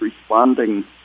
responding